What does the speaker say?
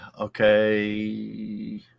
okay